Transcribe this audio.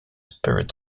spirit